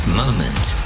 moment